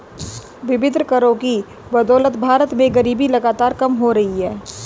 विभिन्न करों की बदौलत भारत में गरीबी लगातार कम हो रही है